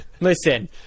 Listen